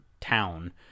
town